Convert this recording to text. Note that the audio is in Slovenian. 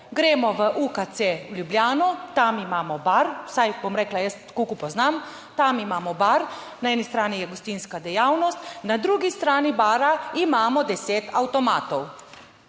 Gremo v UKC v Ljubljano, tam imamo bar, vsaj bom rekla jaz, tako kot poznam, tam imamo bar, na eni strani je gostinska dejavnost, na drugi strani bara imamo deset avtomatov.